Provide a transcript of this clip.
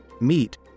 meat